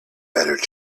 better